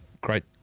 great